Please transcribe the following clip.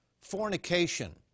fornication